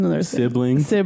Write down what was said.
siblings